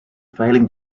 failing